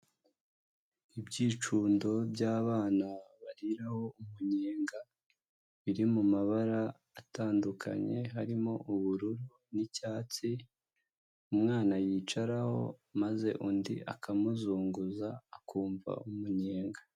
Ibyicundo by'abana bariraho umunyenga, biri mu mabara atandukanye, harimo ubururu n'icyatsi, umwana yicaraho, maze undi akamuzunguza, akumva umunyenga.